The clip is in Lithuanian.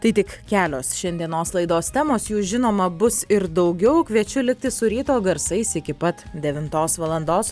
tai tik kelios šiandienos laidos temos jų žinoma bus ir daugiau kviečiu likti su ryto garsais iki pat devintos valandos